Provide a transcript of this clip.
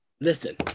listen